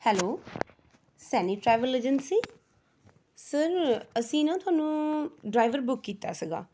hello Saini travel agency sir ਅਸੀਂ ਨਾ ਤੁਹਾਨੂੰ ਡਰਾਇਵਰ ਬੁੱਕ ਕੀਤਾ ਸੀਗਾ